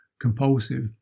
compulsive